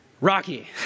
Rocky